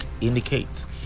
indicates